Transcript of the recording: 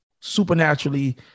supernaturally